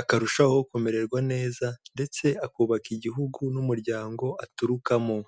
akarushaho kumererwa neza ndetse akubaka igihugu n'umuryango aturukamo.